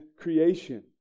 creation